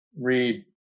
read